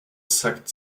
sagt